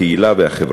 הקהילה והחברה.